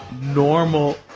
normal